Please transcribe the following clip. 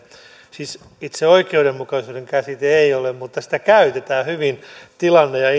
siis itse oikeudenmukaisuuden käsite ei ole mutta sitä käytetään hyvin tilanne ja